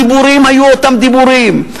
הדיבורים היו אותם דיבורים,